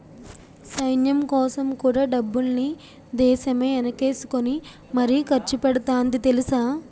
సైన్యంకోసం కూడా డబ్బుల్ని దేశమే ఎనకేసుకుని మరీ ఖర్చుపెడతాంది తెలుసా?